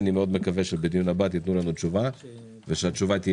אני מקווה שבדיון הבא תיתנו לנו תשובה, וחיובית.